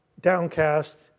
downcast